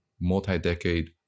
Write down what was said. multi-decade